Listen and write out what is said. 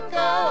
go